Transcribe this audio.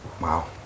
wow